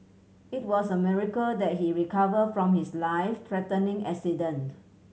it was a miracle that he recovered from his life threatening accident